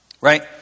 Right